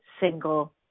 single